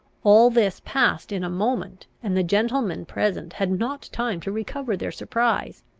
all this passed in a moment, and the gentlemen present had not time to recover their surprise.